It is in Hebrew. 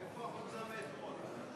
איפה החולצה מאתמול?